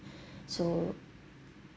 so